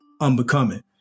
unbecoming